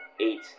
eight